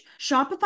Shopify